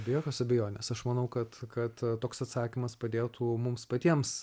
be jokios abejonės aš manau kad kad toks atsakymas padėtų mums patiems